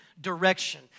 direction